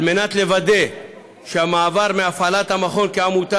על מנת לוודא שהמעבר מהפעלת המכון כעמותה